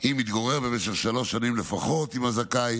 אם התגורר במשך שלוש שנים לפחות עם הזכאי